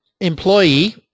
employee